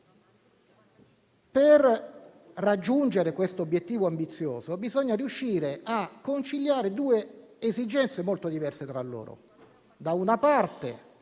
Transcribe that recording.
Per raggiungere questo obiettivo ambizioso bisogna riuscire a conciliare due esigenze molto diverse tra loro: